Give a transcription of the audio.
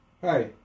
Hi